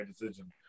decision